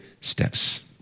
steps